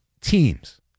teams